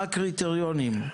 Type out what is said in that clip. מה הקריטריונים?